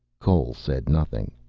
cole said nothing.